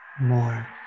more